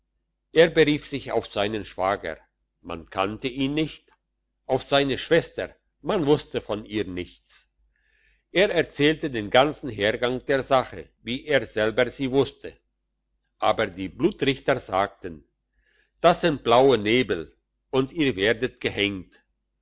er berief sich auf seinen schwager man kannte ihn nicht auf seine schwester man wusste von ihr nichts er erzählte den ganzen hergang der sache wie er selber sie wusste aber die blutrichter sagten das sind blaue nebel und ihr werdet gehenkt